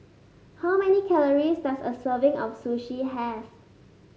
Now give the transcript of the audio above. how many calories does a serving of Sushi have